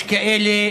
יש כאלה